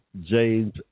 James